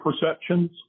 perceptions